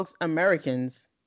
Americans